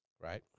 Right